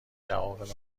جواب